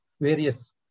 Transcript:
various